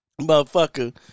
Motherfucker